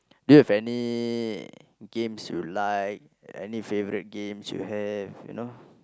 do you have any games you like any favourite games you have you know